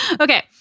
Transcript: Okay